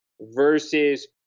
Versus